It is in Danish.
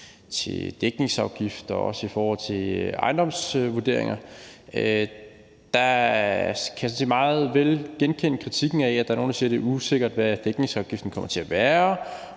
til dækningsafgift og i forhold til ejendomsvurderinger. Jeg kan selvfølgelig meget vel genkende kritikken i forhold til, at der er nogle, der siger, at det er usikkert, hvad dækningsafgiften kommer til at være.